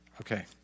Okay